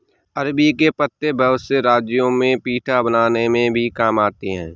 अरबी के पत्ते बहुत से राज्यों में पीठा बनाने में भी काम आते हैं